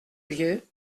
vieux